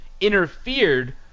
interfered